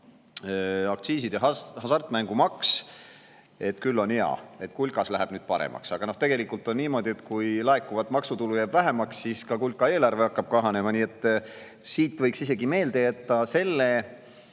aktsiisid ja hasartmängumaks, ja küll on hea, et kulkas läheb nüüd [olukord] paremaks. Aga tegelikult on niimoodi, et kui laekuvat maksutulu jääb vähemaks, siis ka kulka eelarve hakkab kahanema. Nii et siit võiks meelde jätta selle,